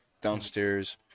downstairs